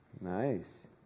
nice